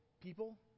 people